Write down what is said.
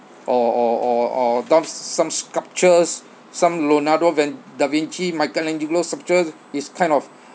or or or or d~ some sculptures some leonardo v~ da vinci michelangelo sculptures is kind of